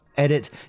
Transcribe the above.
Edit